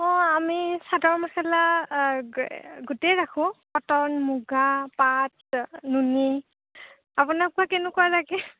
অঁ আমি চাদৰ মেখেলা গোটেই ৰাখোঁ পাটৰ মুগা পাট নুনি আপোনাক বা কেনেকুৱা লাগে